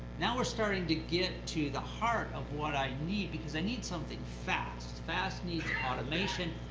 now we're starting to get to the heart of what i need because i need something fast. fast needs automation.